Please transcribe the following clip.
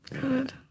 good